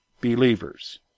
believers